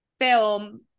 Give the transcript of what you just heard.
film